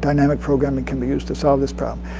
dynamic programming can be used to solve this problem.